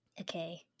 Okay